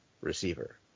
receiver